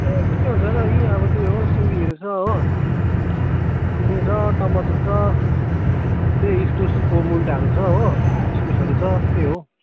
ए के हुन्छ र यही अब त्यही हो सिबीहरू छ हो सिमी छ टमाटर छ त्यही इस्कुसको मुन्टाहरू छ हो इस्कुसहरू छ त्यही हो